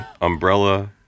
umbrella